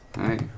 Hey